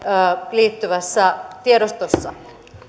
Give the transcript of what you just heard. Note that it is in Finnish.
liittyvässä tiedostossa